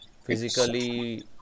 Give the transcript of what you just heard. physically